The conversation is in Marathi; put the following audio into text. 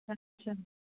अच्छा